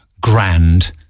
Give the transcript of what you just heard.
grand